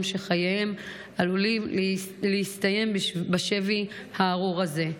שחייהם עלולים להסתיים בשבי הארור הזה.